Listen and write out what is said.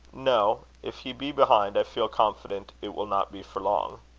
no. if he be behind, i feel confident it will not be for long.